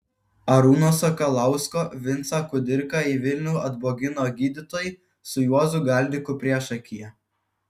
arūno sakalausko vincą kudirką į vilnių atbogino gydytojai su juozu galdiku priešakyje